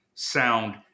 sound